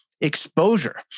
exposure